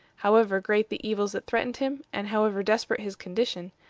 however great the evils that threatened him, and however desperate his condition,